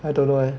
I don't know eh